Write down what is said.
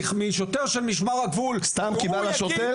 משוטר של משמר הגבול --- סתם כי בא לשוטר?